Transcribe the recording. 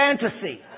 fantasy